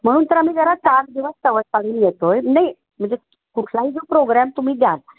म्हणून तर आम्ही जरा चार दिवस सवड काढून येतो आहे नाही म्हणजे कुठलाही जो प्रोग्रॅम तुम्ही द्याल